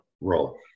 role